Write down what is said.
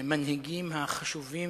המנהיגים החשובים